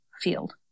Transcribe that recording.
field